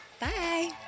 Bye